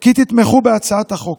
כי תתמכו בהצעת החוק.